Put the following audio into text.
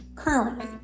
currently